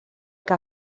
que